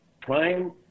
prime